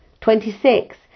twenty-six